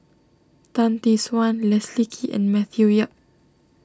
Tan Tee Suan Leslie Kee and Matthew Yap